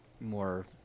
more